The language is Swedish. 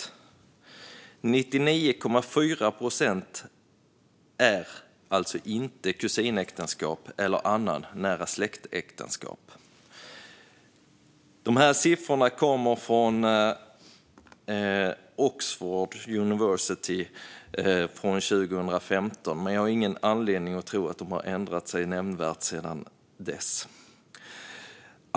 Av alla äktenskap är alltså 99,4 procent inte kusinäktenskap eller äktenskap mellan andra nära släktingar. Dessa siffror från University of Oxford är från 2015, men jag har ingen anledning att tro att de har ändrats nämnvärt sedan dess.